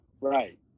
Right